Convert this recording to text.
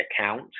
account